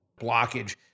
blockage